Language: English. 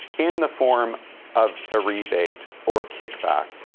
in the form of a rebate, or a kickback.